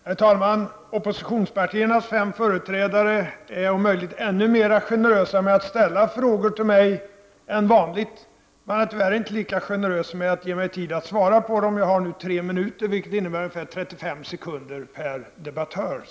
Herr talman! Oppositionspartiernas fem företrädare är om möjligt mer generösa än vanligt när det gäller att ställa frågor men tyvärr inte lika generösa när det gäller att ge mig tid att svara på frågorna. Jag har nu tre minuter på mig, vilket innebär att jag kan ägna trettiofem sekunder per debattör.